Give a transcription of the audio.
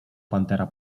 pantera